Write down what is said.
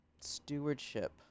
stewardship